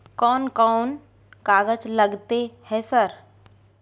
कोन कौन कागज लगतै है सर?